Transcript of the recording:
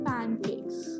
Pancakes